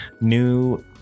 new